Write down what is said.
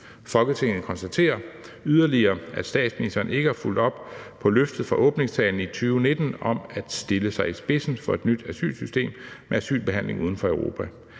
Folketinget konstaterer yderligere, at statsministeren ikke har fulgt op på løftet fra åbningstalen i 2019 om at stille sig i spidsen for et nyt asylsystem med asylbehandling uden for Europa.